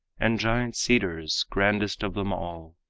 and giant cedars, grandest of them all,